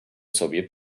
sobie